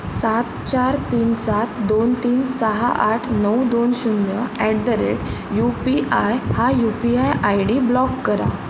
सात चार तीन सात दोन तीन सहा आठ नऊ दोन शून्य at the rate U P I हा U P I I D block करा